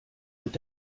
mit